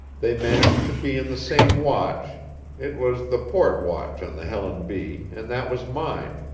they managed to be in the same watch it was the port watch on the helen b, and that was mine,